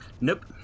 Nope